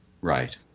right